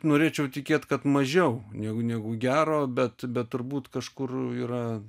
norėčiau tikėt kad mažiau negu negu gero bet bet turbūt kažkur yra